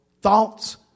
thoughts